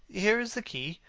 here is the key.